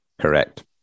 correct